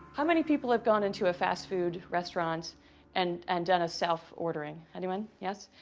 how many people have gone into a fast-food restaurant and and done a self-ordering? anyone, yes?